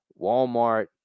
Walmart